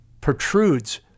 protrudes